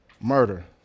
Murder